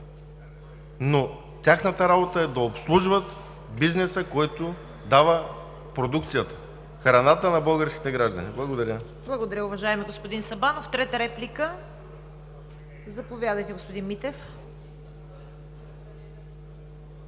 но тяхната работа е да обслужват бизнеса, който дава продукцията, храната на българските граждани. Благодаря. ПРЕДСЕДАТЕЛ ЦВЕТА КАРАЯНЧЕВА: Благодаря, уважаеми господин Сабанов. Трета реплика? Заповядайте, господин Митев.